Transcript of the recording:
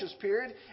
period